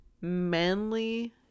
manly